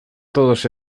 todos